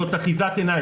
זאת אחיזת עיניים.